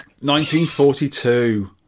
1942